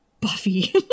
Buffy